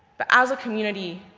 but as a community,